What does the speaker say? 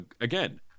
Again